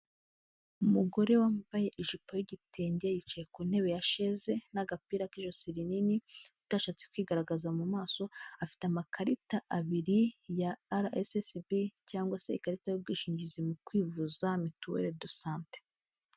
Umugore wambaye ijipo y'igitenge, yicaye ku ntebe ya sheze n'agapira k'ijosi rinini, utashatse kwigaragaza mu maso, afite amakarita abiri ya RSSB cyangwa se ikarita y'ubwishingizi mu kwivuza, mituweri dosante.